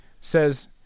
says